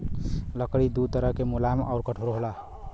लकड़ी दू तरह के मुलायम आउर कठोर होला